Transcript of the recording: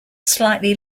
slightly